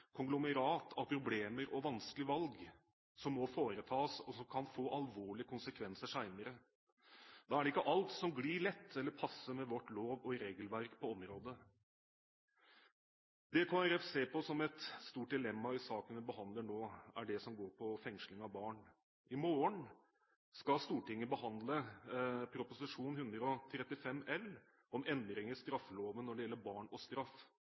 konglomerat av problemer og vanskelige valg som må foretas, og som senere kan få alvorlige konsekvenser. Da er det ikke alt som glir lett, eller passer med vårt lov- og regelverk på området. Det Kristelig Folkeparti ser på som et stort dilemma i saken vi behandler nå, er det som går på fengsling av barn. I morgen skal Stortinget behandlet Prop. 135 L for 2010–2011 om endringer i straffeloven når det gjelder barn og straff.